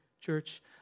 church